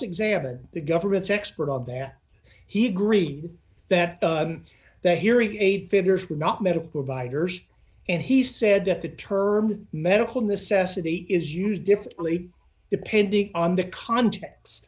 examined the government's expert on that he agreed that the hearing aid figures were not medical providers and he said that the term medical necessity is used differently depending on the context